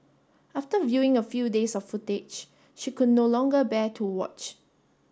after viewing a few days of footage she could no longer bear to watch